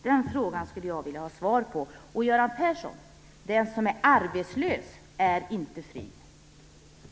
Den frågan skulle jag vilja ha svar på. Den som är arbetslös är inte fri, Göran Persson.